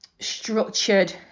structured